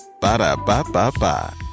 Ba-da-ba-ba-ba